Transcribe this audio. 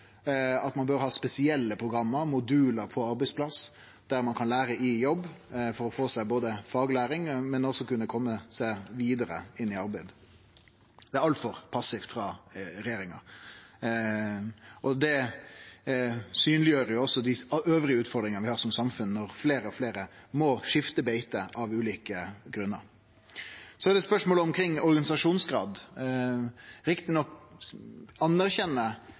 at ein bør ha spesielle program/modular på arbeidsplassen der ein kan lære i jobb for å få seg faglæring og også kunne kome seg vidare inn i arbeid. Det er altfor passivt frå regjeringa, og det synleggjer også dei andre utfordringane vi har som samfunn, når fleire og fleire må skifte beite av ulike grunnar. Så er det spørsmål om organisasjonsgrad. Rett nok